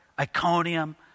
Iconium